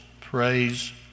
praise